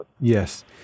Yes